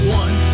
one